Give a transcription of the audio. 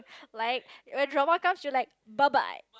like a drama comes with like bye bye